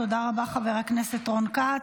תודה רבה, חבר הכנסת רון כץ.